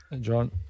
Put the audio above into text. John